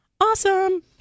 Awesome